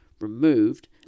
removed